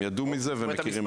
הם ידעו מזה ומכירים את זה.